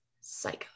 psycho